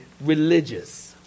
religious